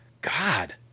God